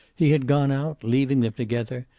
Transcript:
he had gone out, leaving them together,